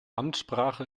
amtssprache